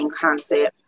concept